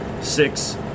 six